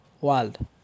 World